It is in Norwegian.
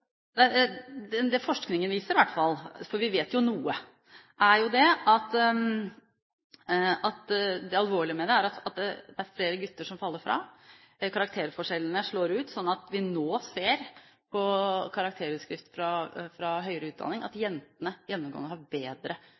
Det forskningen i hvert fall viser – for vi vet jo noe – er at det alvorlige med dette er at det er flere gutter som faller fra. Karakterforskjellene slår ut, slik at vi nå ser på karakterutskrifter fra høyere utdanning at kvinnelige studenter gjennomgående har bedre